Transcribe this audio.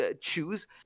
choose